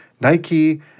Nike